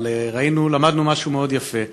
אבל למדנו משהו מאוד יפה: